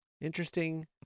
interesting